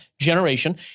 Generation